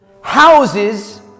houses